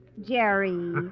Jerry